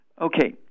Okay